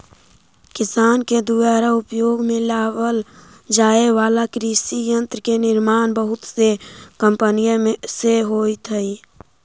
किसान के दुयारा उपयोग में लावल जाए वाला कृषि यन्त्र के निर्माण बहुत से कम्पनिय से होइत हई